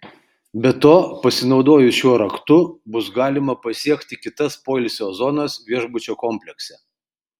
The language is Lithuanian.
be to pasinaudojus šiuo raktu bus galima pasiekti kitas poilsio zonas viešbučio komplekse